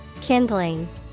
Kindling